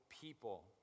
people